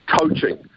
coaching